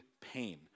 pain